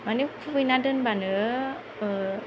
माने खुबैना दोनब्लानो